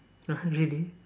!huh! really